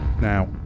Now